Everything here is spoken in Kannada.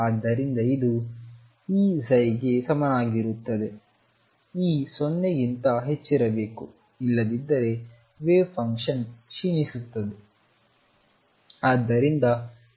ಆದ್ದರಿಂದ ಇದು Eψ ಗೆ ಸಮನಾಗಿರುತ್ತದೆ E 0 ಗಿಂತ ಹೆಚ್ಚಿರಬೇಕು ಇಲ್ಲದಿದ್ದರೆ ವೇವ್ ಫಂಕ್ಷನ್ ಕ್ಷೀಣಿಸುತ್ತದೆ